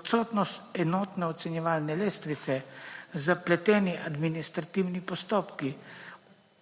odsotnost enotno ocenjevalne lestvice, zapleteni administrativni postopki,